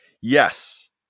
Yes